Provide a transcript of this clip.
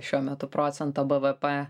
šiuo metu procento bvp